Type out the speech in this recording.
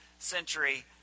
century